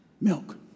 milk